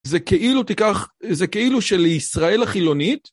זה כאילו תיקח, זה כאילו של ישראל החילונית?